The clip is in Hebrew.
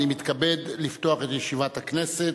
אני מתכבד לפתוח את ישיבת הכנסת.